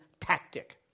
tactic